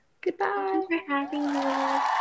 goodbye